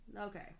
Okay